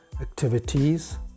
activities